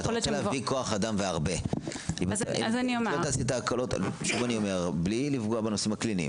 רוצים להביא כוח אדם והרבה בלי לפגוע בנושאים הקליניים.